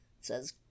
says